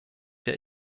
der